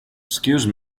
excuse